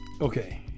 okay